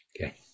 Okay